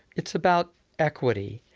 it's about equity.